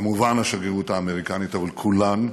כמובן, השגרירות האמריקנית, אבל כולן.